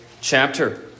chapter